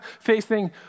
facing